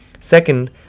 Second